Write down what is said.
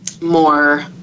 more